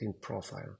profile